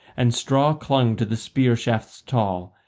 and straw clung to the spear-shafts tall.